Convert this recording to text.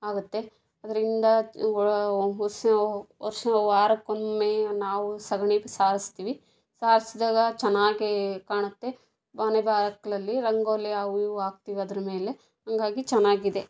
ಆಗುತ್ತೆ ಅದರಿಂದ ಒಳ ಹೊಸ ವರ್ಷ ವಾರಕ್ಕೊಮ್ಮೆ ನಾವು ಸಗಣಿ ಇಟ್ಟು ಸಾರಿಸ್ತೀವಿ ಸಾರಿಸ್ದಾಗ ಚೆನ್ನಾಗೇ ಕಾಣುತ್ತೆ ಮನೆ ಬಾಗ್ಲಲ್ಲಿ ರಂಗೋಲಿ ಅವು ಇವು ಹಾಕ್ತೀವ್ ಅದ್ರ ಮೇಲೆ ಹಾಗಾಗಿ ಚೆನ್ನಾಗಿದೆ